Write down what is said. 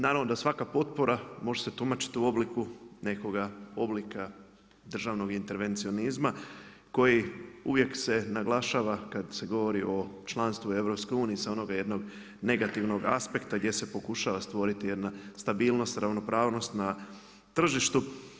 Naravno da svaka potpora može se tumačiti u obliku nekoga oblika državnog intervencionizma koji uvijek se naglašava kad se govori o članstvu u EU sa onog jednog negativnog aspekta gdje se pokušava stvoriti jedna stabilnost, ravnopravnost na tržištu.